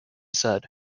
said